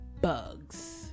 bugs